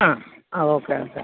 ആ ആ okay okay